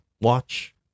Watch